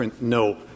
no